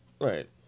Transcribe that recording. Right